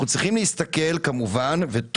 אנחנו צריכים להסתכל על